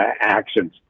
actions